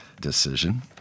decision